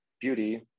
Beauty